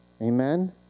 Amen